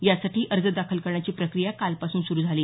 यासाठी अर्ज दाखल करण्याची प्रक्रिया कालपासून सुरू झाली